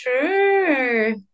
True